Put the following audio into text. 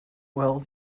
well